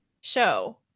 show